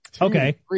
okay